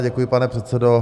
Děkuji, pane předsedo.